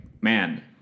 man